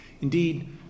Indeed